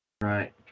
Right